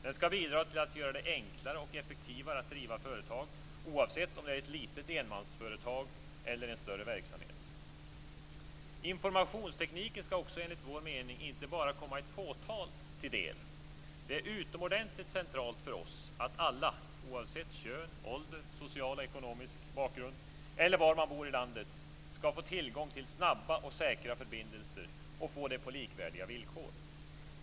Den skall bidra till att göra det enklare och effektivare att driva företag, oavsett om det är ett litet enmansföretag eller en större verksamhet. Informationstekniken skall alltså enligt vår mening inte bara komma ett fåtal till del. Det är utomordentligt centralt för oss att alla, oavsett kön, ålder, social och ekonomisk bakgrund eller var man bor i landet, skall få tillgång till snabba och säkra förbindelser och få det på likvärdiga villkor.